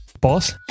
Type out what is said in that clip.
Boss